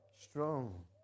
strong